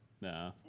Nah